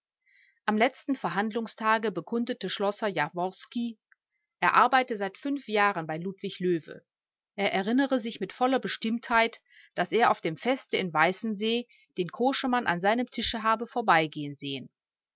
am letzten verhandlungstage bekundete schlosser jaworski er arbeite seit fünf jahren bei ludwig löwe er erinnere sich mit voller bestimmtheit daß er auf dem feste in weißensee den koschemann an seinem tisch habe vorbeigehen sehen